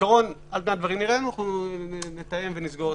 אנחנו נתאם ונסגור.